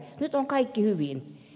nyt on kaikki hyvin